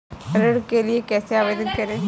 ऋण के लिए कैसे आवेदन करें?